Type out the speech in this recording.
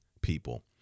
people